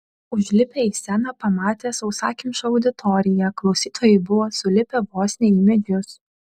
užlipę į sceną pamatė sausakimšą auditoriją klausytojai buvo sulipę vos ne į medžius